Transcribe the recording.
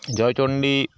ᱡᱚᱭᱪᱚᱱᱰᱤ